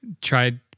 tried